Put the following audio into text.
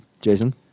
Jason